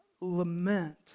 lament